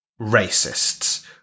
racists